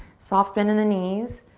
soft bend in the knees.